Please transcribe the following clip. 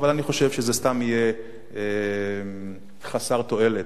אבל אני חושב שזה סתם יהיה חסר תועלת.